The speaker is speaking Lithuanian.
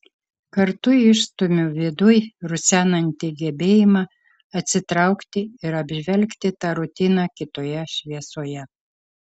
kartu išstumiu viduj rusenantį gebėjimą atsitraukti ir apžvelgti tą rutiną kitoje šviesoje